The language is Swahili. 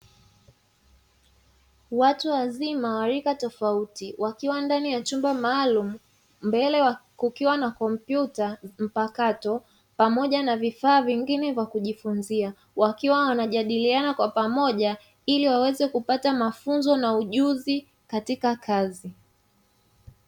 Watu wazima warika tofauti wakiwa ndani ya chumba maalumu mbele wa kukiwa na kompyuta mpakato pamoja na vifaa vingine vya kujifunzia wakiwa wanajadiliana kwa pamoja ili waweze kupata mafunzo na ujuzi katika kazi.